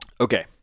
Okay